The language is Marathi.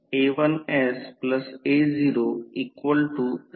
तर V2 1 1925 व्होल्ट ची परिमाण आणि पुढील कार्यक्षमता आहे